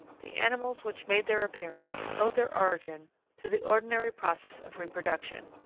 the animals which made their appearance owed their origin to the ordinary process of reproduction,